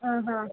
ಹಾಂ ಹಾಂ